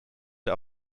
der